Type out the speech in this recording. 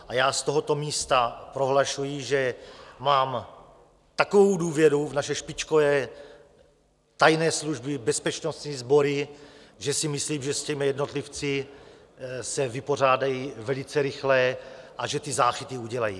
A já z tohoto místa prohlašuji, že mám takovou důvěru v naše špičkové tajné služby, bezpečnostní sbory, že si myslím, že s těmi jednotlivci se vypořádají velice rychle a že ty záchyty udělají.